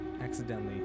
accidentally